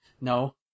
No